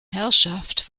herrschaft